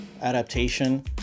adaptation